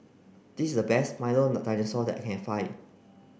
this is the best Milo Dinosaur that I can find